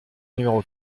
numéro